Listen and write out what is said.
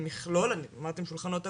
כמכלול - אמרתם שולחנות עגולים,